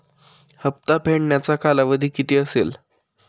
हप्ता फेडण्याचा कालावधी किती असेल?